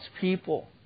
people